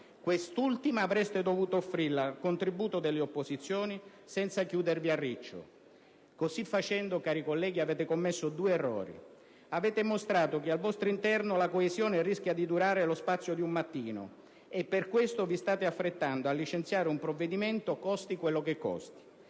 Quest'ultima avreste dovuto offrirla al contributo delle opposizioni, senza chiudervi a riccio. Così facendo, cari colleghi, avete commesso due errori: avete mostrato che al vostro interno la coesione rischia di durare lo spazio di un mattino (e per questo vi state affrettando a licenziare un provvedimento costi quello che costi);